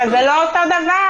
אבל זה לא אותו דבר.